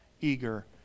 eager